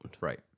Right